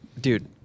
dude